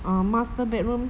uh master bedroom